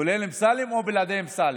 כולל אמסלם או בלי אמסלם?